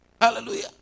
Hallelujah